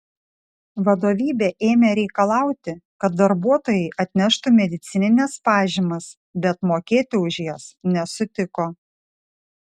vadovybė ėmė reikalauti kad darbuotojai atneštų medicinines pažymas bet mokėti už jas nesutiko